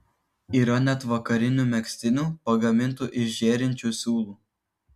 yra net vakarinių megztinių pagamintų iš žėrinčių siūlų